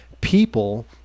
people